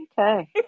okay